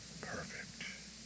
perfect